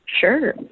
Sure